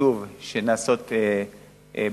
שוב, שנעשות ברישוי.